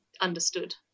understood